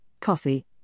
coffee